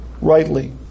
rightly